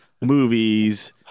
movies